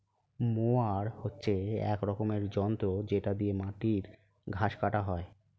mower হচ্ছে এক রকমের যন্ত্র যেটা দিয়ে মাটির ঘাস কাটা হয়